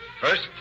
first